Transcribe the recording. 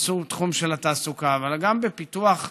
בתחום של התעסוקה אבל גם בפיתוח תשתיות,